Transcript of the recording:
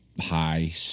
high